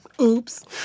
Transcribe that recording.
oops